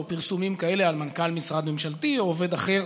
פרסומים כאלה על מנכ"ל משרד ממשלתי או עובד אחר,